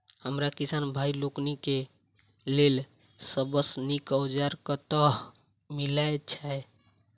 हमरा किसान भाई लोकनि केँ लेल सबसँ नीक औजार कतह मिलै छै?